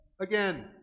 Again